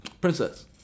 Princess